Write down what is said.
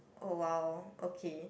oh wow okay